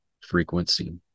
frequency